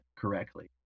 correctly